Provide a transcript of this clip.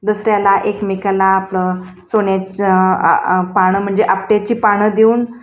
दसऱ्याला एकमेकाला आपलं सोन्याचं पान म्हणजे आपट्याची पान देऊन